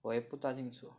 我也不大清楚